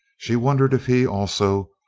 she wondered if he, also,